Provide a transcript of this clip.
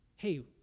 Hey